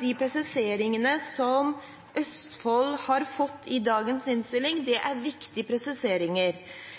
De presiseringene som Østfold har fått i dagens innstilling,